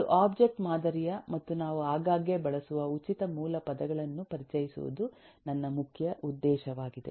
ಅದು ಆಬ್ಜೆಕ್ಟ್ ಮಾದರಿಯ ಮತ್ತು ನಾವು ಆಗಾಗ್ಗೆ ಬಳಸುವ ಉಚಿತ ಮೂಲ ಪದಗಳನ್ನು ಪರಿಚಯಿಸುವುದು ನನ್ನ ಮುಖ್ಯ ಉದ್ದೇಶವಾಗಿದೆ